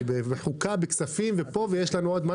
אני בחוקה, בכספים ופה, ויש לנו עוד.